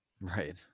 Right